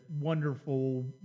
wonderful